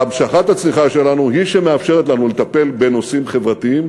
המשכת הצמיחה שלנו היא שמאפשרת לנו לטפל בנושאים חברתיים,